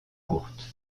courte